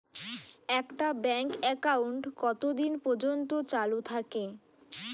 একটা bank account কতদিন পর্যন্ত চালু থাকে?